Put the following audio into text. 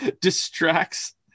distracts